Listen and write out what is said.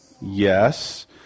Yes